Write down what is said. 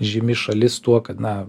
žymi šalis tuo kad na